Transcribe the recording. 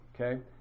Okay